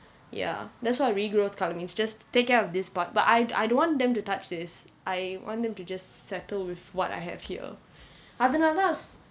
ya that's what re-growth colour means just take care of this part but I I don't want them to touch this I want them to just settle with what I have here அதனாலே தான்:athanaalae thaan